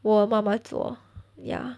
我妈妈做 ya